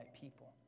people